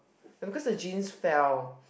because the jeans fell